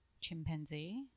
Chimpanzee